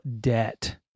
debt